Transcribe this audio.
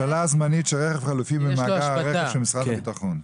השאלה זמנית של רכב חלופי ממאגר הרכב של משרד הביטחון.